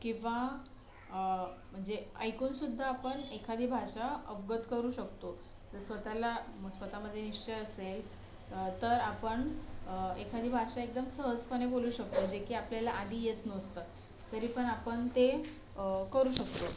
किंवा म्हणजे ऐकून सुद्धा आपण एखादी भाषा अवगत करू शकतो स्वतःला स्वतःमध्ये निश्चय असेल तर आपण एखादी भाषा एकदम सहजपणे बोलू शकतो जेकी आपल्याला आधी येत नसतं तरी पण आपण ते करू शकतो